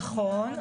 נכון.